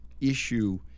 issue